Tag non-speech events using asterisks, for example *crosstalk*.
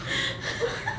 *laughs*